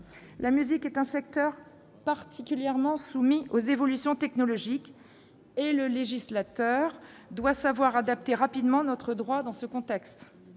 La musique est un secteur particulièrement soumis aux évolutions technologiques. Dans ce contexte, le législateur doit savoir adapter rapidement notre droit. La présente